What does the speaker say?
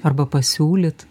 arba pasiūlyt